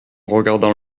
regardant